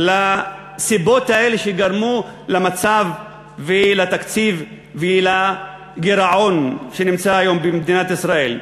לסיבות האלה שגרמו למצב ולתקציב ולגירעון שנמצא היום במדינת ישראל.